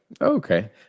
Okay